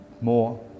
More